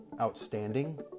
outstanding